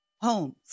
homes